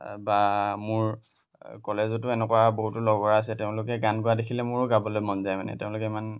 বা মোৰ কলেজতো এনেকুৱা বহুতো লগৰ আছে তেওঁলোকে গান গোৱা দেখিলে মোৰো গাবলৈ মন যায় মানে তেওঁলোকে ইমান